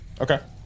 Okay